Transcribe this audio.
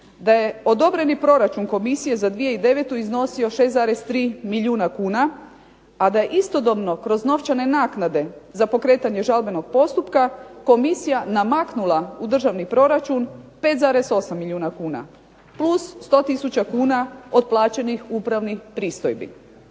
da je odobreni proračun komisije za 2009. iznosio 6,3 milijuna kuna, a da je istodobno kroz novčane naknade za pokretanje žalbenog postupka, komisija namaknula u državni proračun 5,8 milijuna kuna + sto tisuća kuna od plaćenih upravnih pristojbi.